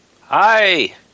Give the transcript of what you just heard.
Hi